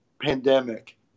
pandemic